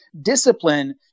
discipline